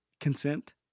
consent